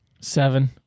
seven